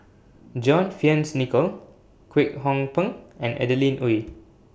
John Fearns Nicoll Kwek Hong Png and Adeline Ooi